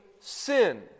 sin